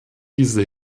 diese